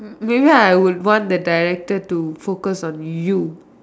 maybe I would want the director to focus on you